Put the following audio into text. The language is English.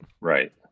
Right